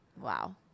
Wow